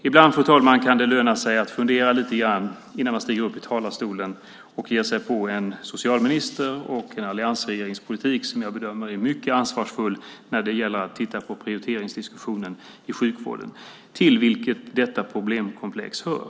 Ibland, fru talman, kan det löna sig att fundera lite grann innan man stiger fram till talarstolen och ger sig på en socialminister och en alliansregeringspolitik som jag bedömer är mycket ansvarsfull när det gäller att titta på prioriteringsdiskussionen i sjukvården till vilket detta problemkomplex hör.